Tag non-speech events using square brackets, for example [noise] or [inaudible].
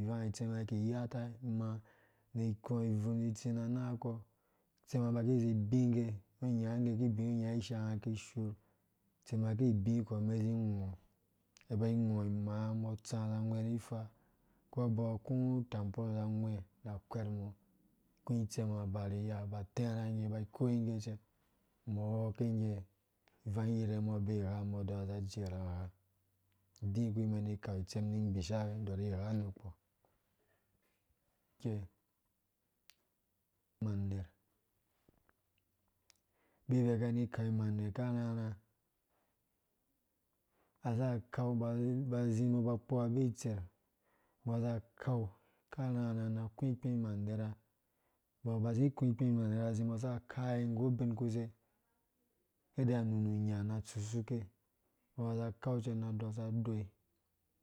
Ivanga itsema ki iyata imaa, ngge ikɔ ibuu ibvun izi itsi na anangakɔ itsema a ba ki izí ibingge ungɔ inya ngge ki ibi, ungɔ inya ishaanga ki shur itsema ibikɔ umɛn izi iwɔɔ umɛn iba iwɛɛ imaa umbɔ atsara awee ri ifa ko abɔɔ aku utampol za angwɛ na akwɛr, mɔ na akú itsem a aba riiya aba aterha ngge iba ikoinggecɛ umbɔ awɔke ngge, ivang yingɛ umbɔ aka abee ighighaa, umbɔ adzerh aha udi kpi umɛn ki ni ikau itsem ni ingbisha ni idɔrhi igha nukpɔ. ikɛi imander bbirbɛ kani ikau imandea karharha [unintelligible] aza kau mbɔ aba akpo abi iser rmbɔ aza akau karkarha na aku ikpu imandera umbɔ aba azi umbɔ saka akayi nggu ubinkuse kede anunu anyá na atsusuke umbɔ ba za akau cɛ na adɔsa adoi,